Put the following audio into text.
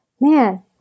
Man